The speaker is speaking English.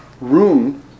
room